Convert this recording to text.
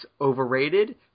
overrated